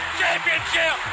championship